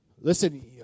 Listen